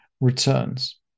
returns